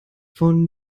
von